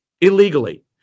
illegally